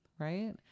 right